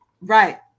Right